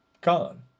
gone